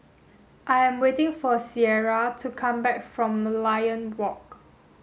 I am waiting for Cierra to come back from Merlion Walk